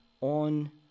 on